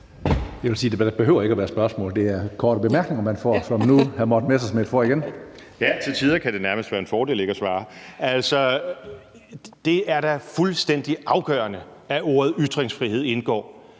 det er da fuldstændig afgørende, at ordet ytringsfrihed indgår.